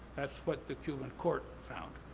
that's what the cuban court found.